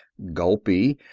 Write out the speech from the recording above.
gulpy,